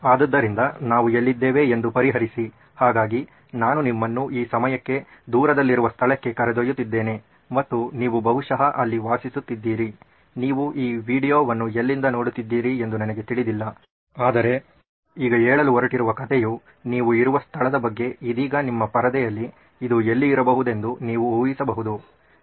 ಆದ್ದರಿಂದ ನಾವು ಎಲ್ಲಿದ್ದೇವೆ ಎಂದು ಪರಿಹರಿಸಿ ಹಾಗಾಗಿ ನಾನು ನಿಮ್ಮನ್ನು ಈ ಸಮಯಕ್ಕೆ ದೂರದಲ್ಲಿರುವ ಸ್ಥಳಕ್ಕೆ ಕರೆದೊಯ್ಯದಿದ್ದೇನೆ ಮತ್ತು ನೀವು ಬಹುಶಃ ಅಲ್ಲಿ ವಾಸಿಸುತ್ತಿದ್ದೀರಿ ನೀವು ಈ ವೀಡಿಯೊವನ್ನು ಎಲ್ಲಿಂದ ನೋಡುತ್ತಿದ್ದೀರಿ ಎಂದು ನನಗೆ ತಿಳಿದಿಲ್ಲ ಆದರೆ ಈಗ ಹೇಳಲು ಹೊರಟಿರುವ ಕಥೆಯು ನೀವು ಇರುವ ಸ್ಥಳ ಬಗ್ಗೆ ಇದೀಗ ನಿಮ್ಮ ಪರದೆಯಲ್ಲಿ ಇದು ಎಲ್ಲಿ ಇರಬಹುದೆಂದು ನೀವು ಊಹಿಸಬಹುದೇ